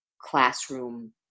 classroom